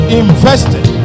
invested